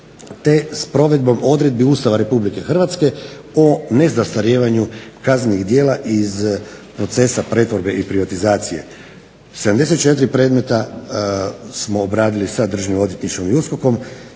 te s provedbom odredbi Ustava RH o nezastarijevanju kaznenih djela iz procesa pretvorbe i privatizacije. 74 predmeta smo obradili sa Državnim odvjetništvom i USKOK-om,